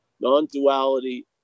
non-duality